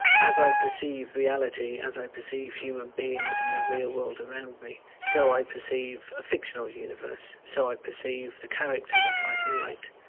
as i perceive reality, as i perceive human beings in the real world around me, so i perceive a fictional universe, so i perceive the characters i try to write.